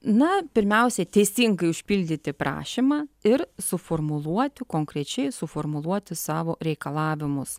na pirmiausia teisingai užpildyti prašymą ir suformuluoti konkrečiai suformuluoti savo reikalavimus